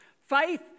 Faith